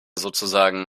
sozusagen